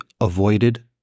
avoided